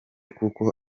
kuko